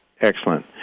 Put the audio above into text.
excellent